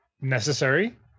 necessary